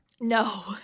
No